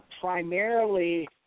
primarily